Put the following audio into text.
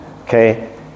Okay